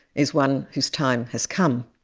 is one whose time has come.